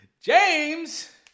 James